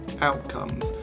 outcomes